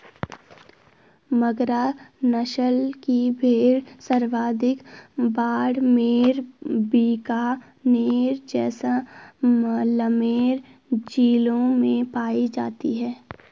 मगरा नस्ल की भेड़ सर्वाधिक बाड़मेर, बीकानेर, जैसलमेर जिलों में पाई जाती है